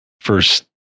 first